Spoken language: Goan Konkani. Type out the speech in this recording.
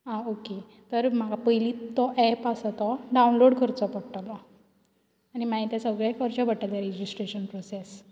आं ओके तर म्हाका पयलीं तो एप आसा तो डावनलोड करचो पडटलो आनी मागीर तें सगळें करचें पडटलें रेजिस्ट्रेशन प्रोसेस